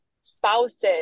spouses